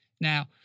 Now